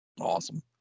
Awesome